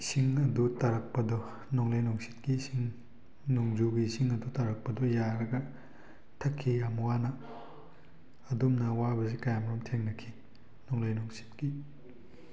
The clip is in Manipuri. ꯏꯁꯤꯡ ꯑꯗꯨ ꯇꯥꯔꯛꯄꯗꯣ ꯅꯣꯡꯂꯩ ꯅꯨꯡꯁꯤꯠꯀꯤ ꯏꯁꯤꯡ ꯅꯣꯡꯖꯨꯒꯤ ꯏꯁꯤꯡ ꯑꯗꯨ ꯇꯥꯔꯛꯄꯗꯣ ꯌꯥꯔꯒ ꯊꯛꯈꯤ ꯌꯥꯝ ꯋꯥꯅ ꯑꯗꯨꯝꯅ ꯑꯋꯥꯕꯁꯤ ꯀꯌꯥ ꯃꯔꯨꯝ ꯊꯦꯡꯅꯈꯤ ꯅꯣꯡꯂꯩ ꯅꯨꯡꯁꯤꯠꯀꯤ